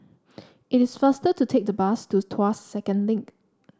it is faster to take the bus to Tuas Second Link